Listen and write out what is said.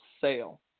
sale